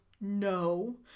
No